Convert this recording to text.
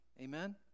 Amen